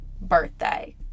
birthday